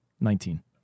Nineteen